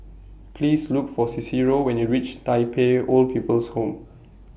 Please Look For Cicero when YOU REACH Tai Pei Old People's Home